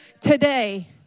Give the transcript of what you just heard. today